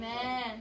Amen